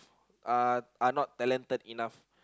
uh are not talented enough